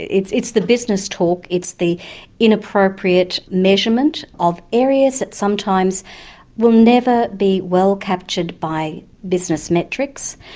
it's it's the business talk it's the inappropriate measurement of areas that sometimes will never be well captured by business metrics.